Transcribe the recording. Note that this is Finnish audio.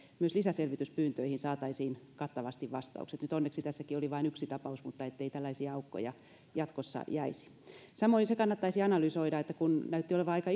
myös lisäselvityspyyntöihin saataisiin kattavasti vastaukset nyt onneksi tässäkin oli vain yksi tapaus niin ettei tällaisia aukkoja jatkossa jäisi samoin se kannattaisi analysoida kun näytti olevan aika